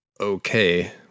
okay